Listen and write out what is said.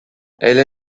elle